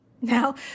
Now